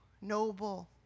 noble